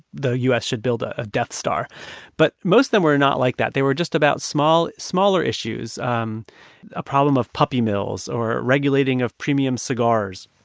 the u s. should build ah a death star but most then we're not like that. they were just about smaller smaller issues um a problem of puppy mills or regulating of premium cigars,